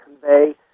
convey